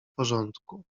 porządku